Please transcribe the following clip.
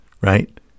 right